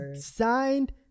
Signed